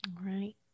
right